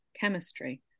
chemistry